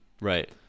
right